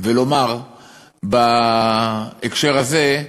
ולומר בהקשר הזה,